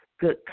good